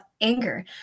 anger